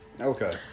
Okay